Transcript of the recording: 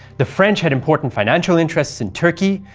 the french had important financial interests in turkey,